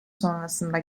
sonrasında